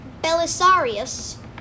Belisarius